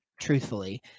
truthfully